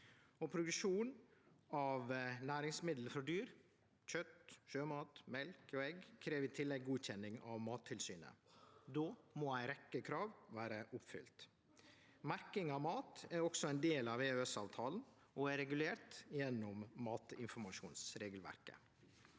produksjon av næringsmiddel frå dyr, som kjøt, sjømat, mjølk og egg, krev i tillegg godkjenning av Mattilsynet. Då må ei rekkje krav vere oppfylte. Merking av mat er også ein del av EØS-avtala og er regulert gjennom matinformasjonsregelverket.